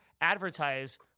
advertise